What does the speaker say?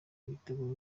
biteguye